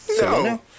No